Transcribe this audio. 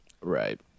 Right